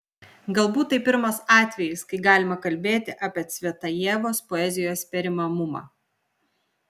galbūt tai pirmas atvejis kai galima kalbėti apie cvetajevos poezijos perimamumą